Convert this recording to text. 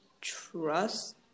trust